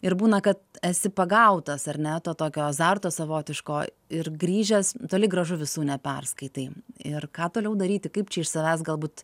ir būna kad esi pagautas ar ne to tokio azarto savotiško ir grįžęs toli gražu visų neperskaitai ir ką toliau daryti kaip čia iš savęs galbūt